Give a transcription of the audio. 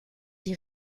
die